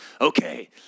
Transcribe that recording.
okay